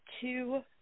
two